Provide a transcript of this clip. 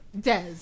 Des